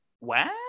Wow